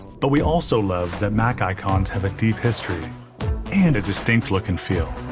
but we also love that mac icons have a deep history and a distinct look and feel.